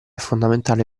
fondamentale